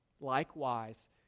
Likewise